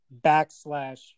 backslash